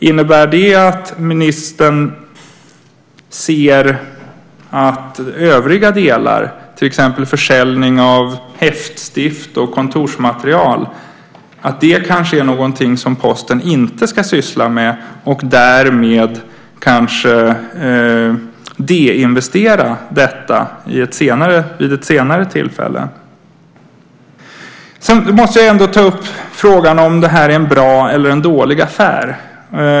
Innebär det att ministern ser att övriga delar, till exempel försäljning av häftstift och kontorsmaterial, är någonting som Posten inte ska syssla med och därmed kanske så att säga ska deinvestera vid ett senare tillfälle? Jag måste ändå ta upp frågan om detta är en bra eller en dålig affär.